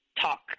talk